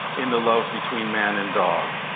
in the love between man and dog,